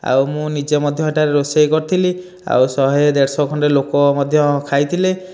ଆଉ ମୁଁ ନିଜେ ମଧ୍ୟ ଏଇଟା ରୋଷେଇ କରିଥିଲି ଆଉ ଶହେ ଦେଢ଼ଶହ ଖଣ୍ଡେ ଲୋକ ମଧ୍ୟ ଖାଇଥିଲେ